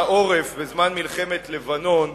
דוח-וינוגרד קבע שמי שהפקיר את העורף בזמן מלחמת לבנון,